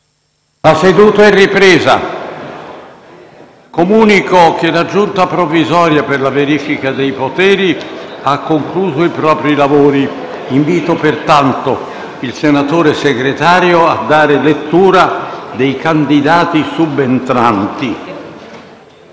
La seduta è ripresa. Comunico che la Giunta provvisoria per la verifica dei poteri ha concluso i propri lavori. Invito pertanto il senatore Segretario provvisorio a dare lettura dei candidati subentranti.